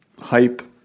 Hype